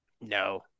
No